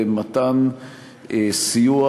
למתן סיוע